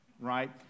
right